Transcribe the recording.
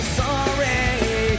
sorry